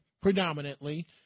predominantly